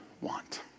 want